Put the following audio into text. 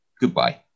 Goodbye